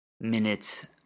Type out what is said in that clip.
minutes